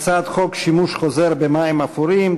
הצעת חוק שימוש חוזר במים אפורים,